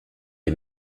est